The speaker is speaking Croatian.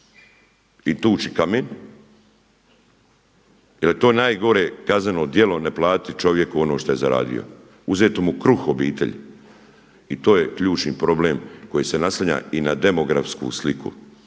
i tući kamen, jer je to nagore kazneno djelo ne platiti čovjeku ono što je zaradio, uzeti mu kruh obitelji, i to je ključni problem koji se naslanja i na demografsku sliku